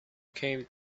came